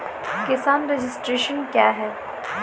किसान रजिस्ट्रेशन क्या हैं?